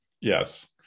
Yes